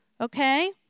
Okay